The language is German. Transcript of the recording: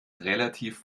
relativ